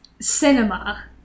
Cinema